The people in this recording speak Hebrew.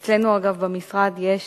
אגב, אצלנו במשרד יש